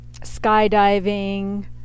skydiving